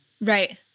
right